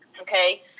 okay